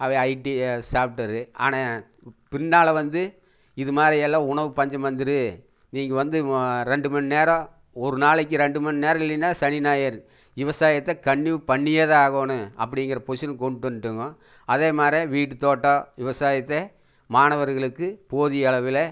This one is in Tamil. அவ ஐடி சாஃப்ட்டுவேரு ஆனால் பின்னால் வந்து இது மாதிரி எல்லாம் உணவுப்பஞ்சம் வந்துடும் நீங்கள் வந்து ரெண்டு மணி நேரம் ஒரு நாளைக்கு ரெண்டு மணி நேரம் இல்லைனா சனி ஞாயிரு விவசாயத்தை கண்ட்னியூவ் பண்ணியே தான் ஆகணும் அப்படிங்கிற பொஷிஷனுக்கு கொண்டு வந்துட்டங்கோ அதே மாரி வீட்டு தோட்டம் விவசாயத்தை மாணவர்களுக்கு போதிய அளவில்